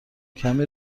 کمی